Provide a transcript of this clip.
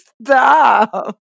stop